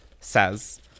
says